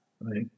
right